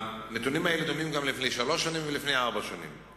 הנתונים האלה דומים גם לאלה שלפני שלוש שנים ולפני ארבע שנים.